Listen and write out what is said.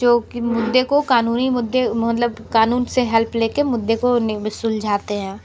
जो कि मुद्दे को कानूनी मुद्दे मतलब कानून से हेल्प ले के मुद्दे को सुलझाते हैं